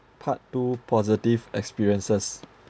part two positive experiences